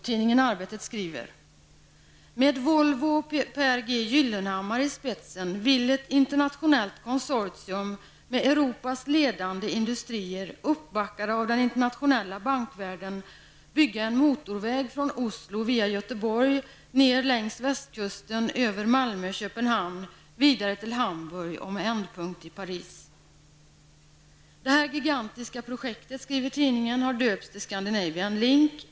Tidningen Arbetet skriver: ''Med Volvo och Pehr G Gyllenhammar i spetsen vill ett internationellt konsortium med Europas ledande industrier, uppbackade av den internationella bankvärlden, bygga en motorväg från Oslo via Göteborg, ner längs västkusten över Malmö-Köpenhamn vidare till Hamburg och med ändpunkt i Paris. -- Det här gigantiska projektet har döpts till Scandinavian Link.